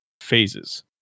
phases